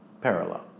Parallel